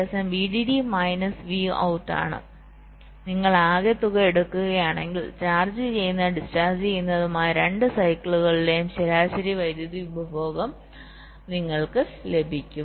അതിനാൽ നിങ്ങൾ ആകെ തുക എടുക്കുകയാണെങ്കിൽ ചാർജ് ചെയ്യുന്നതും ഡിസ്ചാർജ് ചെയ്യുന്നതുമായ രണ്ട് സൈക്കിളുകളിലെയും ശരാശരി വൈദ്യുതി ഉപഭോഗം നിങ്ങൾക്ക് ലഭിക്കും